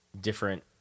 different